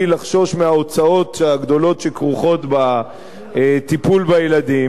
לחשוש מההוצאות הגדולות שכרוכות בטיפול בילדים,